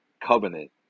covenant